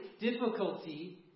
difficulty